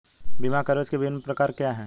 बीमा कवरेज के विभिन्न प्रकार क्या हैं?